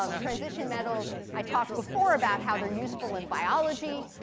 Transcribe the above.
um transition metals. i talked before about how they're useful in biology.